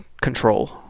control